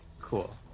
Cool